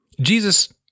Jesus